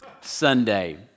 Sunday